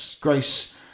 Grace